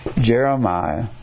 Jeremiah